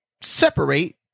separate